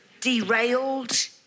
Derailed